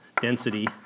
density